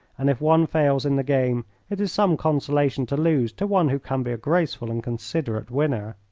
and if one fails in the game it is some consolation to lose to one who can be a graceful and considerate winner.